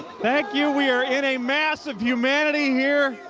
thank you. we are in a mass of humanity here.